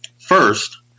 First